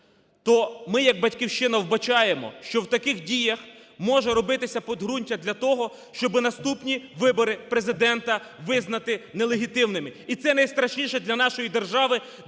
То ми як "Батьківщина" вбачаємо, що в таких діях може робитися підґрунтя для того, щоби наступні вибори Президента визнати нелегітимними, і це найстрашніше для нашої держави,